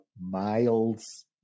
miles